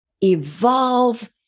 evolve